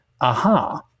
aha